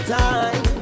time